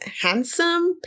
handsome